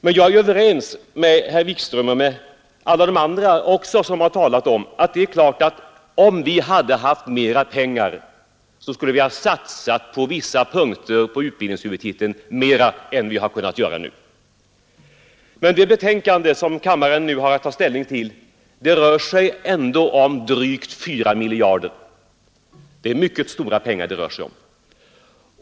Men jag är överens med herr Wikström och med alla de andra som har talat om detta, att om vi hade haft mera pengar så skulle vi ha satsat på vissa punkter på utbildningshuvudtiteln mera än vi har kunnat göra nu. Det betänkande som kammaren nu har att ta ställning till rör sig ändå om drygt 4 miljarder — det är mycket stora pengar.